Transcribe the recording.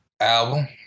Album